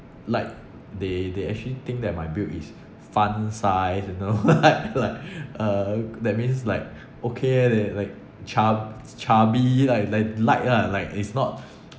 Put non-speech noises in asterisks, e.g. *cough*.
like they they actually think that my build is fun size you know *laughs* like like uh that means like okay eh like chu~ chubby like like light lah like it's not